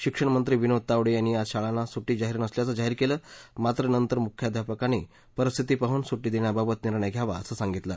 शिक्षण मंत्री विनोद तावडे यानी आज शाळांना सुड्डी नसल्याचं जाहिर केलं मात्र नंतर मुख्याध्यापकांनी परिस्थिती पाहून सूट्टी देण्याबाबत निर्णय घ्यावा असं सांगितलं